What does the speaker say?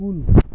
کُل